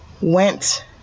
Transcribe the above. went